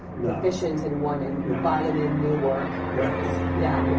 deficient in one and vitamin new work. right. yeah, but